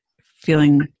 feeling